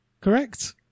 Correct